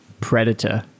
Predator